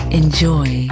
enjoy